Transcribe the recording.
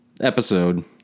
Episode